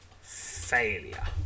Failure